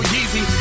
Yeezy